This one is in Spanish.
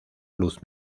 luz